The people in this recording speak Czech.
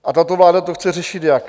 A tato vláda to chce řešit jak?